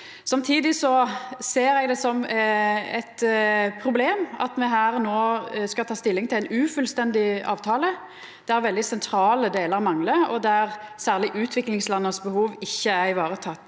Samtidig ser eg det som eit problem at me her no skal ta stilling til ein ufullstendig avtale, der veldig sentrale delar manglar, og der særleg utviklingslandas behov ikkje er varetekne.